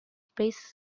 space